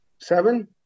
seven